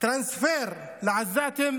טרנספר לעזתים